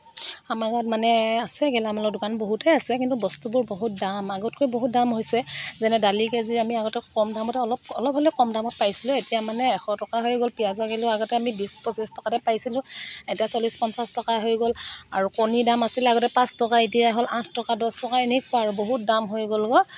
আমাৰ গাঁৱত মানে আছে গেলামালৰ দোকান বহুতেই আছে কিন্তু বস্তুবোৰ বহুত দাম আগতকৈ বহুত দাম হৈছে যেনে দালিৰ কেজি আমি আগতে কম দামতে অলপ অলপ হ'লেও কম দামত পাইছিলোঁ এতিয়া মানে এশ টকা হৈ গ'ল পিয়াঁজৰ কিলো আগতে আমি বিছ পঁচিশ টকাতে পাইছিলোঁ এতিয়া চল্লিছ পঞ্চাছ টকা হৈ গ'ল আৰু কণীৰ দাম আছিল আগতে পাঁচ টকা এতিয়া হ'ল আঠ টকা দহ টকা এনেকুৱা আৰু বহুত দাম হৈ গ'লগৈ